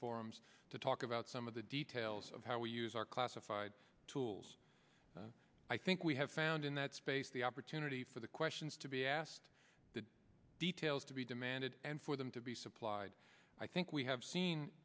forums to talk about some of the details of how we use our classified tools and i think we have found in that space the opportunity for the questions to be asked the details to be demanded and for them to be supplied i think we have seen